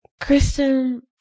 Kristen